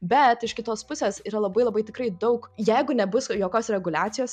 bet iš kitos pusės yra labai labai tikrai daug jeigu nebus jokios reguliacijos